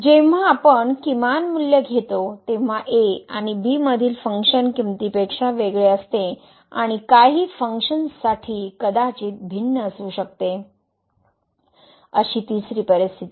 जेव्हा आपण किमान मूल्य घेतो तेव्हा a आणि bमधील फंक्शन किमंतीपेक्षा वेगळे असते आणि काही फंक्शन्ससाठी कदाचित भिन्न असू शकते अशी तिसरी परिस्थिती